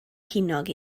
ceiniog